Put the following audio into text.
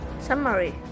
summary